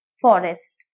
forest